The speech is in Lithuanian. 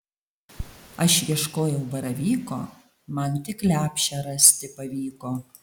aš ieškojau baravyko man tik lepšę rasti pavyko